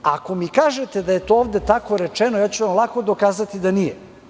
Ako mi kažete da je to ovde tako rečeno, ja ću vam lako dokazati da nije.